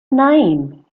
name